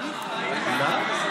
הוא נאם?